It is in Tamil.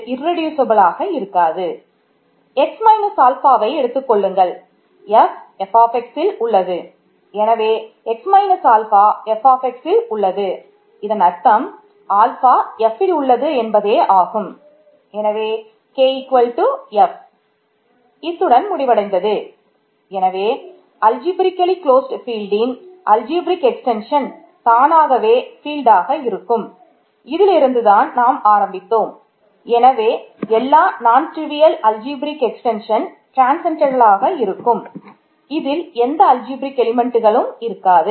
X மைனஸ் இருக்காது